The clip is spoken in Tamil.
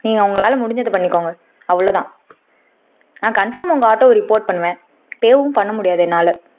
நீங்கள் உங்களால் முடிஞ்சதை பண்ணிக்கோங்க அவ்வளோதான் நான் கன்ஃபார்ம் உங்கள் ஆட்டோவை ரிப்போர்ட் பண்ணுவேன் பேவும் பண்ண முடியாது என்னால்